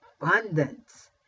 abundance